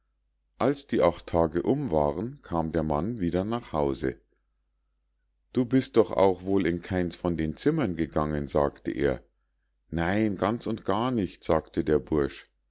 als die acht tage um waren kam der mann wieder nach hause du bist doch auch wohl in keins von den zimmern gegangen sagte er nein ganz und gar nicht sagte der bursch